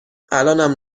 الانم